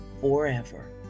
forever